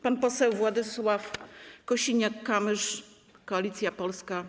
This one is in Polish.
Pan poseł Władysław Kosiniak-Kamysz, Koalicja Polska.